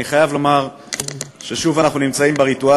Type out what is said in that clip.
אני חייב לומר ששוב אנחנו נמצאים בריטואל